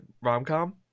rom-com